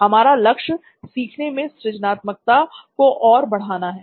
हमारा लक्ष्य सीखने में सृजनात्मकता को और बढ़ाना है